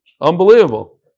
Unbelievable